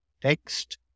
text